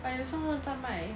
but 有这么多人在卖